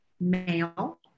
male